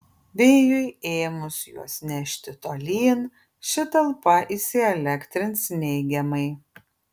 vėjui ėmus juos nešti tolyn ši talpa įsielektrins neigiamai